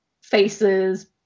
Faces